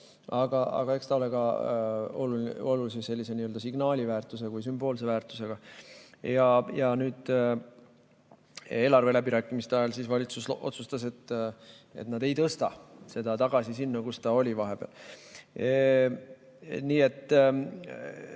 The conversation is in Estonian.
Aga eks ta ole ka olulise sellise signaaliväärtuse või sümboolse väärtusega. Nüüd eelarveläbirääkimiste ajal valitsus otsustas, et nad ei tõsta seda tagasi sinna, kus ta oli vahepeal. Aga